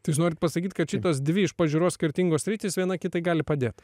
tik jūs norit pasakyt kad šitos dvi iš pažiūros skirtingos sritys viena kitai gali padėt